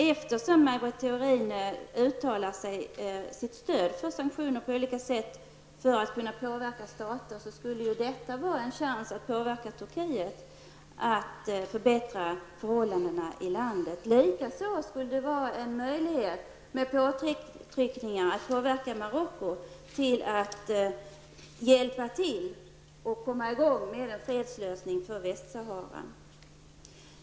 Eftersom Maj Britt Theorin på olika sätt uttalar sig för stöd för sanktioner i syfte att påverka stater, skulle det ju finnas en chans att påverka Turkiet, så att förhållandena i det landet förbättras. Likaså skulle det vara möjligt att med påtryckningar påverka Marocko för att finna en fredlig lösning för Västsahara.